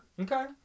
Okay